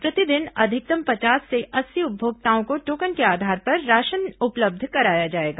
प्रतिदिन अधिकतम पचास से अस्सी उपभोक्ताओं को टोकन के आधार पर राशन उपलब्ध कराया जाएगा